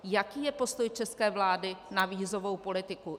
Jaký je postoj české vlády na vízovou politiku?